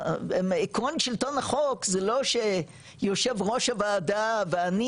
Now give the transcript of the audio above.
עקרון שילטון החוק זה לא שיושב ראש הוועדה ואני